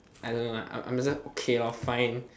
I don't know lah I'm I'm just okay lor fine